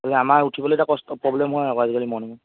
খালি আমাৰ উঠিবলৈ এতিয়া কষ্ট প্ৰবলেম হয় আকৌ আজিকালি মৰ্ণিঙত